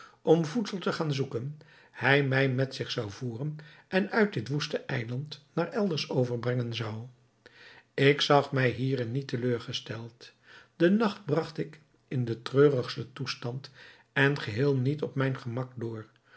om voedsel te gaan zoeken hij mij met zich voeren en uit dit woeste eiland naar elders overbrengen zou ik zag mij hierin niet teleurgesteld den nacht bragt ik in den treurigsten toestand en geheel niet op mijn gemak door